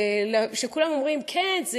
כולם אומרים: כן,